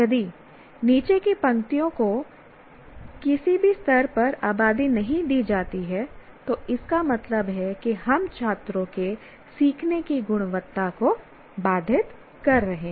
यदि नीचे की पंक्तियों को किसी भी स्तर पर आबादी नहीं दी जाती है तो इसका मतलब है कि हम छात्रों के सीखने की गुणवत्ता को बाधित कर रहे हैं